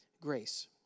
grace